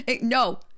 no